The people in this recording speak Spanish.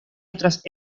otras